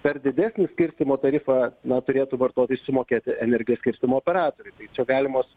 per didesnį skirstymo tarifą na turėtų vartotojai išsimokėti energijos skirstymo operatoriui čia galimos